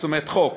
זאת אומרת חוק.